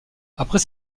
après